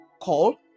call